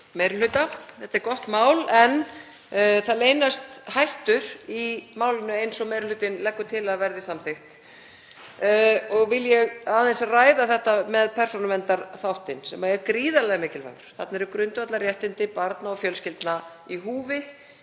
meiri hluta. Þetta er gott mál en það leynast hættur í málinu eins og meiri hlutinn leggur til að það verði samþykkt. Vil ég aðeins ræða þetta með persónuverndarþáttinn, sem er gríðarlega mikilvægur. Þarna eru grundvallarréttindi barna og fjölskyldna í húfi.